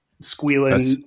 squealing